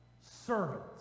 servants